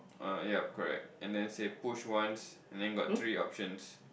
oh ya correct and then said push once and then got three options